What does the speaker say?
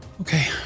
Okay